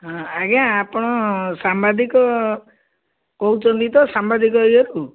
ହଁ ଆଜ୍ଞା ଆପଣ ସାମ୍ବାଦିକ କହୁଛନ୍ତି ତ ସାମ୍ବାଦିକ ଇଏରୁ